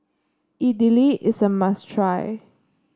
Idili is a must try